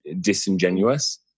disingenuous